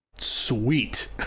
sweet